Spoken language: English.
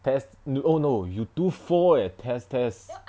test you oh no you do four eh test test